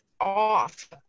off